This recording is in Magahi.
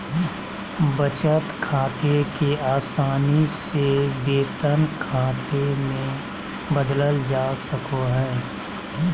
बचत खाते के आसानी से वेतन खाते मे बदलल जा सको हय